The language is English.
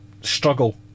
struggle